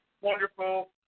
Wonderful